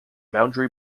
boundary